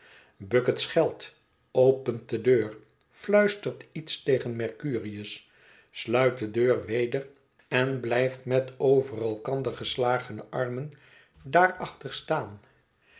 bucket schelt opent de deur fluistert iets tegen mercurius sluit de deur weder en blijft met over elkander geslagene armen daarachter staan